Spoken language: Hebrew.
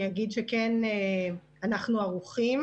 אני אגיד שאנחנו ערוכים,